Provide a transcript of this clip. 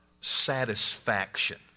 satisfaction